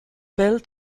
bell